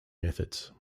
methods